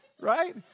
right